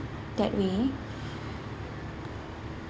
that way